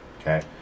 okay